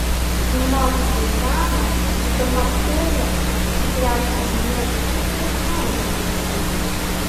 nors zuzana būdama fėja tikriausiai nirštų ir kandžiotųsi